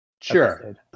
sure